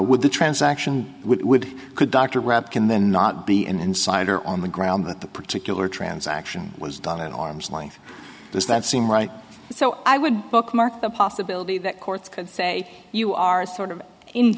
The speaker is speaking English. with the transaction would could dr rabkin then not be an insider on the ground that the particular transaction was done in arm's length does that seem right so i would bookmark the possibility that courts could say you are sort of in